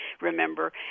remember